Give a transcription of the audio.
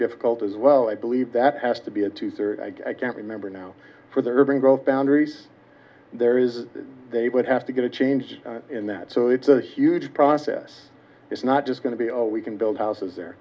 difficult as well i believe that has to be a tutor i can't remember now for the urban growth boundaries there is they would have to get a change in that so it's a huge process it's not just going to be are we can build houses